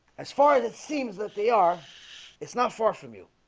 as far as it seems that they are it's not far from you